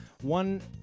one